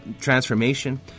transformation